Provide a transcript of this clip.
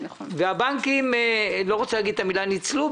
אני לא רוצה להגיד שהבנקים ניצלו,